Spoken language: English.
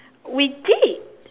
we did